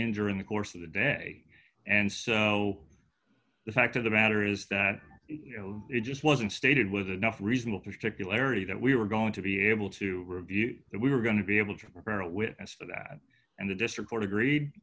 injury in the course of the day and so the fact of the matter is that you know it just wasn't stated was enough reasonable particulary that we were going to be able to review that we were going to be able to prepare a witness for that and the district court agreed